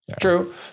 True